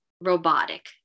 robotic